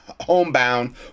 homebound